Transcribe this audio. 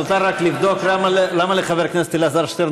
נותר רק לבדוק למה לחבר הכנסת אלעזר שטרן